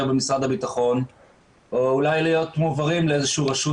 במשרד הביטחון או אולי להיות מועברים לרשות